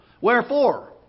Wherefore